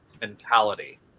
mentality